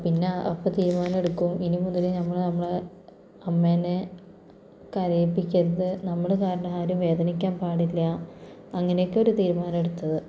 പിന്നെ അപ്പം തീരുമാന എടുക്കും ഇനിമുതല് നമ്മള് നമ്മുടെ അമ്മേനെ കരയിപ്പിക്കരുത് നമ്മള് കാരണം ആരും വേദനിക്കാൻ പാടില്ല അങ്ങനെയൊക്കെ ഒര് തീരുമാനം എടുത്തത്